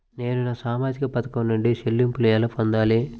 నేను సామాజిక పథకం నుండి చెల్లింపును ఎలా పొందాలి?